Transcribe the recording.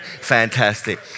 Fantastic